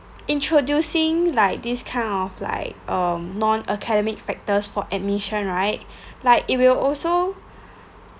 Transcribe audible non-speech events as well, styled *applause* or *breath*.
introducing like this kind of like um non academic factors for admission right *breath* like it will also